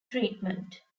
treatment